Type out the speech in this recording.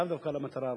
לאו דווקא למטרה הראויה.